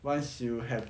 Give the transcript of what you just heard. once you have